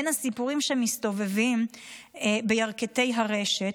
בין הסיפורים שמסתובבים בירכתי הרשת,